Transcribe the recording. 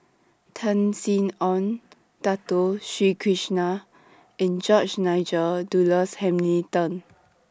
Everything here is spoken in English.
Tan Sin Aun Dato Sri Krishna and George Nigel Douglas Hamilton